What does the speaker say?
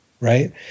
right